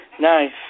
Nice